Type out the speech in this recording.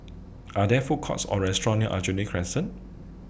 Are There Food Courts Or Restaurant near Aljunied Crescent